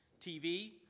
TV